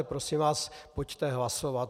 Prosím vás, pojďte hlasovat.